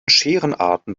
scherenarten